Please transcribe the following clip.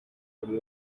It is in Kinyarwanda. muri